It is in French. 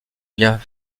bien